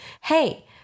hey